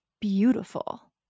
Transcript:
beautiful